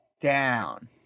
down